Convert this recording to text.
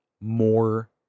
more